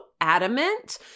adamant